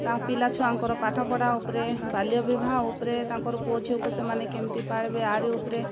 ତାଙ୍କ ପିଲାଛୁଆଙ୍କର ପାଠପଢ଼ା ଉପରେ ବାଲ୍ୟ ବିବାହ ଉପରେ ତାଙ୍କର ପୁଅଝିଅକୁ ସେମାନେ କେମିତି ପାଳିବେ ଆରି ଉପରେ